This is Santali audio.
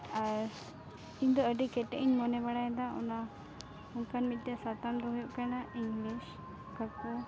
ᱟᱨ ᱤᱧ ᱫᱚ ᱟᱹᱰᱤ ᱠᱮᱴᱮᱡ ᱤᱧ ᱢᱚᱱᱮ ᱵᱟᱲᱟᱭᱮᱫᱟ ᱚᱱᱟ ᱚᱱᱠᱟᱱ ᱢᱤᱫᱴᱮᱡ ᱥᱟᱛᱟᱢ ᱫᱚ ᱦᱩᱭᱩᱜ ᱠᱟᱱᱟ ᱤᱝᱞᱤᱥ ᱠᱟᱠᱚ